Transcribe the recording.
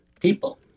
people